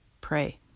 pray